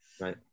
right